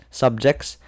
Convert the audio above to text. subjects